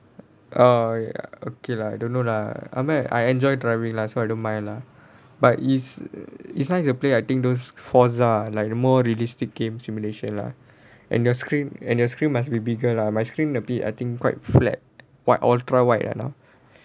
orh ya~ okay lah don't know lah I me- I enjoy driving lah so I don't mind lah but it's it's nice to play I think those Fozdar like more realistic game simulation lah and your screen and your screen must be bigger lah my screen a bit I think quite flat white ultra wide ah now